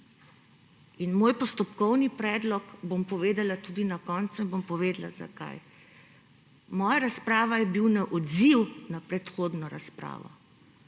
In moj postopkovni predlog, ga bom povedala tudi na koncu in bom povedala, zakaj. Moja razprava je bil odziv na predhodno razpravo.